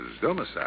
domicile